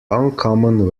uncommon